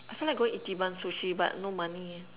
I feel like going ichiban sushi but no money leh